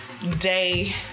Day